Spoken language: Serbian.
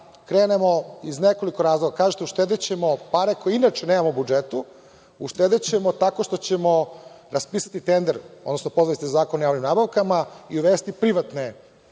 krenemo iz nekoliko razloga. Kažete – uštedećemo pare, koje inače nemamo u budžetu, uštedećemo tako što ćemo raspisati tender, odnosno pozvali ste se na Zakon o javnim nabavkama, i uvesti privatne